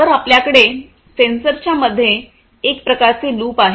तर आपल्याकडे सेन्सरच्या मधे एक प्रकारचे लूप आहे